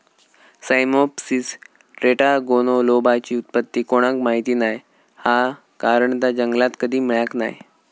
Cyamopsis टेट्रागोनोलोबाची उत्पत्ती कोणाक माहीत नाय हा कारण ता जंगलात कधी मिळाक नाय